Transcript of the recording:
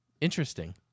Interesting